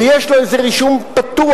ויש לו איזה רישום פתוח,